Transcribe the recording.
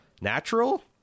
natural